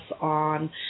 on